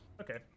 Okay